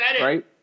right